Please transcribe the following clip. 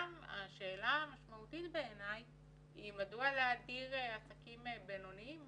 השאלה המשמעותית בעיניי היא מדוע להדיר עסקים בינוניים